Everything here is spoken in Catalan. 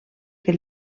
que